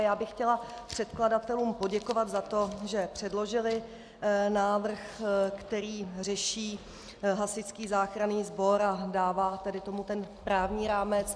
Já bych chtěla předkladatelům poděkovat za to, že předložili návrh, který řeší Hasičský záchranný sbor a dává tomu tedy ten právní rámec.